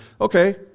okay